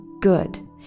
good